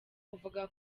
buvuga